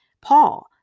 paul